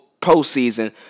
postseason